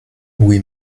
oui